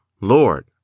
Lord